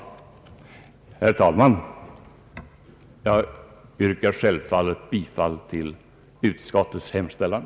Herr talman! Jag yrkar självfallet bifall till utskottets hemställan.